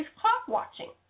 clock-watching